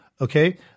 okay